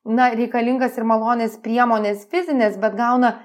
na reikalingas ir malonias priemones fizines bet gauna